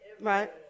right